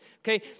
Okay